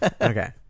Okay